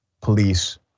police